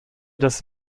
das